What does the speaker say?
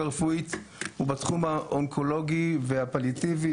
הרפואית הוא בתחום האונקולוגי והפליאטיבי,